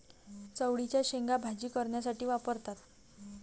चवळीच्या शेंगा भाजी करण्यासाठी वापरतात